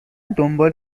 دنبال